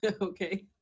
Okay